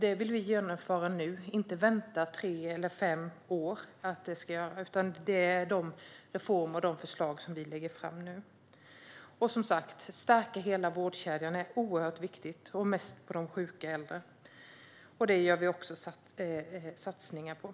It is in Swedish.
Detta är de reformer som vi lägger fram nu och som vi vill vi genomföra nu, inte vänta i tre eller fem år på att genomföra. Och, som sagt, att stärka hela vårdkedjan är oerhört viktigt och mest för de sjuka äldre. Det gör vi också satsningar på.